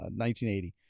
1980